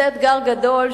זה אתגר גדול,